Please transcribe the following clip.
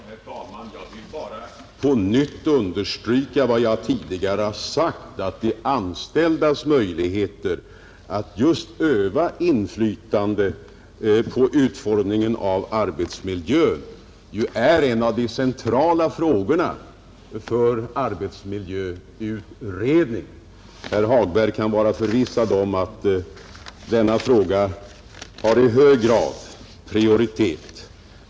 Herr talman! Jag vill bara på nytt understryka vad jag tidigare sagt, att de anställdas möjligheter att öva inflytande på utformningen av arbetsmiljön är en av de centrala frågorna för arbetsmiljöutredningen. Herr Hagberg kan vara förvissad om att denna fråga har hög prioritet.